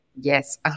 Yes